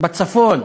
בצפון?